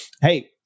hey